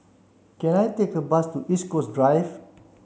can I take a bus to East Coast Drive